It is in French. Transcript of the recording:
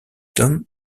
tom